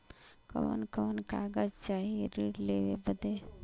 कवन कवन कागज चाही ऋण लेवे बदे?